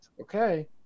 Okay